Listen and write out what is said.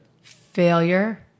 Failure